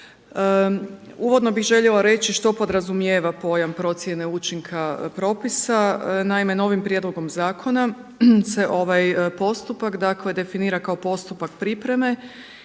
Uvodno bih željela reći što podrazumijeva pojam procjene učinka propisa. Naime, novim prijedlogom zakona se postupak, dakle definira kao postupak pripreme